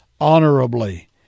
honorably